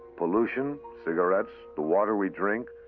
pollution, cigarettes, the water we drink,